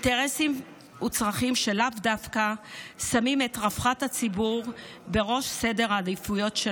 אינטרסים וצרכים שלאו דווקא שמים את רווחת הציבור בראש סדר העדיפויות.